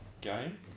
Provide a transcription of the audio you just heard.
game